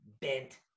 bent